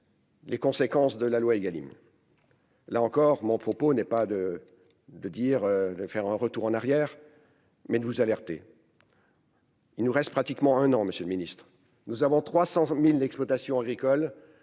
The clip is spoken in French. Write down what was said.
Les conséquences de la loi Egalim. Là encore mon propos n'est pas de de dire de faire un retour en arrière, mais ne vous alerter. Il ne reste pratiquement un an Monsieur le Ministre, nous avons 300000 exploitations agricoles